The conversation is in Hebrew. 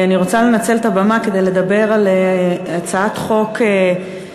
אני רוצה לנצל את הבמה כדי לדבר על הצעת חוק בעייתית,